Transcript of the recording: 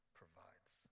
provides